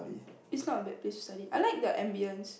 it's not a bad place to study I like the ambience